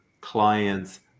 clients